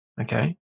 okay